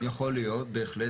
יכול להיות, בהחלט.